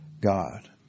God